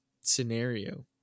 scenario